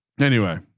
anyway.